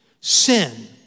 Sin